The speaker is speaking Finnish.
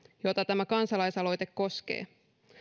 jota tämä kansalaisaloite koskee kun